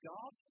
God